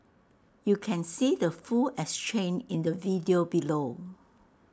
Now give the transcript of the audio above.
you can see the full exchange in the video below